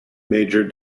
major